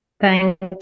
Thank